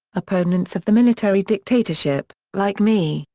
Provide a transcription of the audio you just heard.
opponents of the military dictatorship, like me,